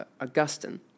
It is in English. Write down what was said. Augustine